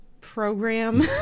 program